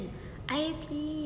I_P